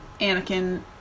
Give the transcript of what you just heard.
Anakin